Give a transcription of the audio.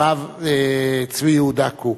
הרב צבי יהודה קוק,